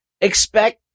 expect